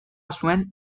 zuen